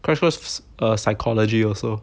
crash was err psychology also